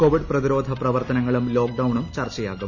Covid പ്രതിരോധ പ്രവർത്തനങ്ങളും ലോക്ഡൌണും ചൂർച്ചയാവും